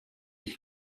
ich